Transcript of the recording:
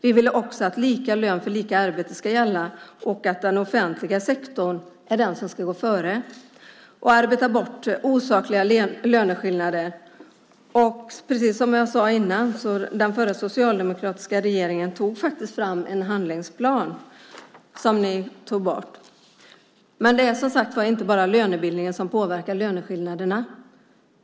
Vi vill att lika lön för lika arbete ska gälla och att den offentliga sektorn ska gå före och arbeta bort osakliga löneskillnader. Precis som jag sade tidigare tog den förra socialdemokratiska regeringen också fram en handlingsplan för detta som ni tog bort. Men det är som sagt inte bara lönebildningen som påverkar löneskillnaderna.